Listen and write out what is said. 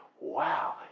Wow